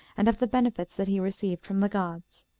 and of the benefits that he received from the gods.